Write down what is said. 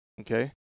Okay